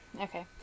okay